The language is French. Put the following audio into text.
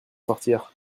sortir